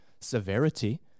severity